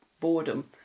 boredom